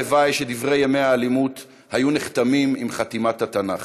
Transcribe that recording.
הלוואי שדברי ימי האלימות היו נחתמים עם חתימת התנ"ך.